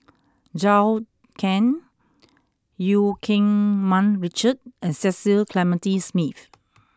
Zhou Can Eu Keng Mun Richard and Cecil Clementi Smith